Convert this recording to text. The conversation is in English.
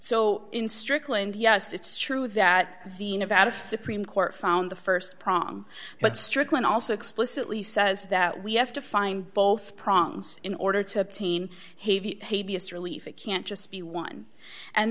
so in strickland yes it's true that the nevada supreme court found the st problem but strickland also explicitly says that we have to find both prongs in order to obtain relief it can't just be one and